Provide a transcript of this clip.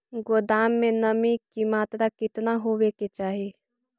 गोदाम मे नमी की मात्रा कितना होबे के चाही?